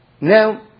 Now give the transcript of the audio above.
Now